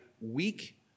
weak